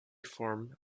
form